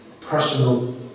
personal